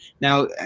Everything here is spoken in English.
Now